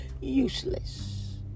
useless